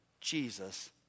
Jesus